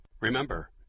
Remember